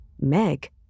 Meg